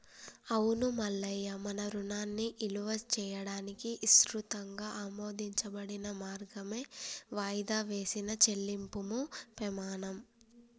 అవును మల్లయ్య మన రుణాన్ని ఇలువ చేయడానికి ఇసృతంగా ఆమోదించబడిన మార్గమే వాయిదా వేసిన చెల్లింపుము పెమాణం